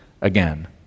again